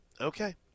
Okay